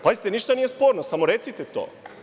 Pazite, ništa nije sporno, samo recite to.